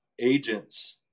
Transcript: agents